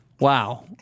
Wow